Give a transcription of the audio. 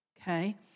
Okay